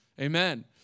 Amen